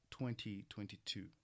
2022